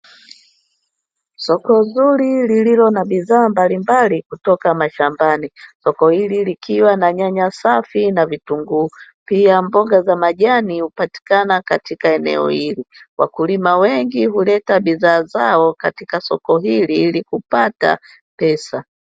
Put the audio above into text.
Soko zuri lililo na bidhaa mbalimbali kutoka mashambani; soko hili likiwa na: nyanya safi na vitunguu, pia mboga za majani hupatikana katika eneo hili. Wakulima wengi huleta bidhaa zao katika soko hili ili kupata pesa.